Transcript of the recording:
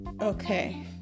Okay